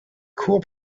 cool